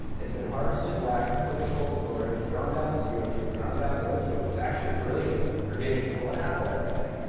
it's been harvested, waxed, put in cold storage, drawn down the c o two, drawn down the o two. it was actually brilliant for getting people an apple everyday,